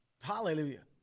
Hallelujah